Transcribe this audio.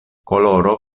koloro